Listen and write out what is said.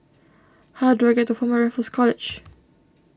how do I get to Former Raffles College